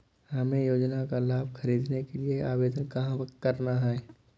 हमें योजना का लाभ ख़रीदने के लिए आवेदन कहाँ करना है?